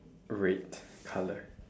red colour